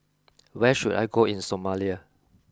where should I go in Somalia